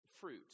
fruit